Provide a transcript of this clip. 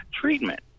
treatment